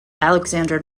alexander